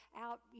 out